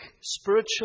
spiritual